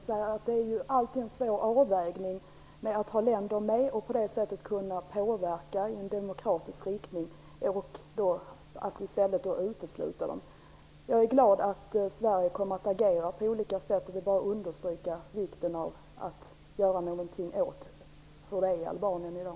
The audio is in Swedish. Fru talman! Det är alltid en svår avvägning mellan att ha länder med, och på det sättet kunna påverka i demokratisk riktning, eller att i stället utesluta dem. Jag är glad att Sverige kommer att agera på olika sätt. Jag vill bara understryka vikten av att göra något åt hur det är i Albanien i dag.